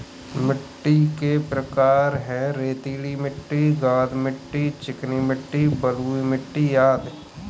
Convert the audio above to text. मिट्टी के प्रकार हैं, रेतीली मिट्टी, गाद मिट्टी, चिकनी मिट्टी, बलुई मिट्टी अदि